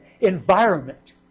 environment